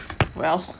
well